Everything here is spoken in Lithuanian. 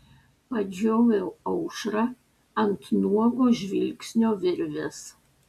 padžioviau aušrą ant nuogo žvilgsnio virvės